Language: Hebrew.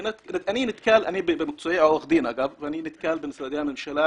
אני במקצועי עורך דין ואני נתקל במשרדי הממשלה